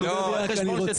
אבל אתה לא יודע לפני שסופרים.